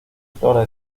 flores